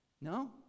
No